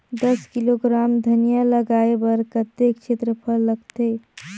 दस किलोग्राम धनिया लगाय बर कतेक क्षेत्रफल लगथे?